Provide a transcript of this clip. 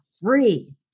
free